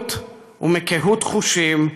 מאלימות ומקהות חושים,